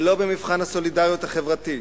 ולא במבחן הסולידריות החברתי.